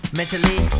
mentally